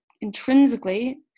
intrinsically